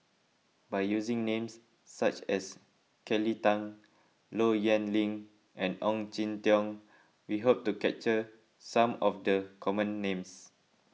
by using names such as Kelly Tang Low Yen Ling and Ong Jin Teong we hope to capture some of the common names